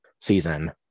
season